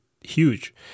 huge